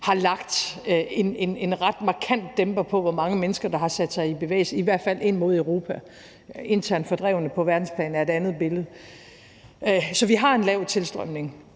har lagt en ret markant dæmper på, hvor mange mennesker der har sat sig i bevægelse, i hvert fald ind mod Europa. Med hensyn til de internt fordrevne på verdensplan er det et andet billede. Så vi har en lav tilstrømning,